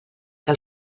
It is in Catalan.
que